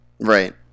Right